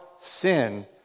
Sin